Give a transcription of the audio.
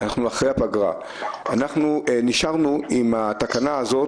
לאחר הפגרה ונשארנו עם התקנה הזו